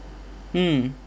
mm